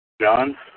John